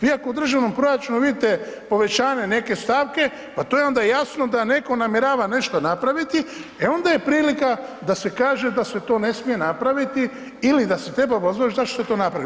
Vi ako u državnom proračunu vidite povećanje neke stavke pa to je onda jasno da netko namjerava nešto napraviti e onda je prilika da se kaže da se to ne smije napraviti ili da se treba obrazložiti zašto se to napravilo.